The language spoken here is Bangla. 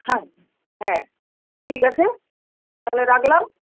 হ্যাঁ হ্যাঁ ঠিক আছে তাহলে রাখলাম